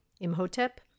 imhotep